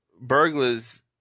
burglars